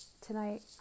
tonight